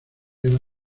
eva